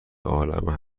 عالم